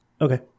Okay